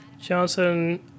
johnson